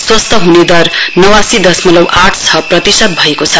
स्वास्थ्य हुने दर नवासी दशमलउ आठ छ प्रतिशत भएको छ